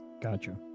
Gotcha